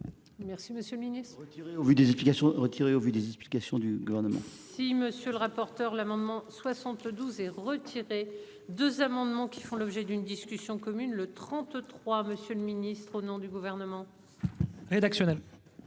des applications retirer au vu des explications du gouvernement. Si monsieur le rapporteur. L'amendement 72 et retirer 2 amendements qui font l'objet d'une discussion commune le 33. Monsieur le Ministre, au nom du gouvernement. Rédactionnelle.